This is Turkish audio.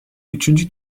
üçüncü